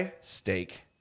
steak